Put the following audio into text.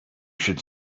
should